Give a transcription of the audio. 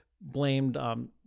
blamed—